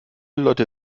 leute